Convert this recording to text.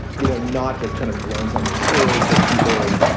you know, not just kind of runs on the stories, but people,